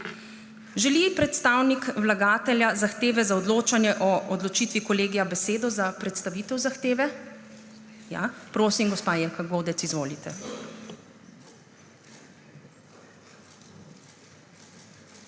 Želi predstavnik vlagatelja zahteve za odločanje o odločitvi kolegija besedo za predstavitev zahteve? Da. Prosim, gospa Jelka Godec, izvolite.